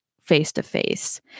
face-to-face